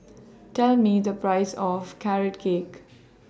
Tell Me The Price of Carrot Cake